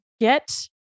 get